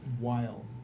wild